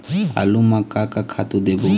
आलू म का का खातू देबो?